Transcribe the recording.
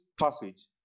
passage